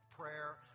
prayer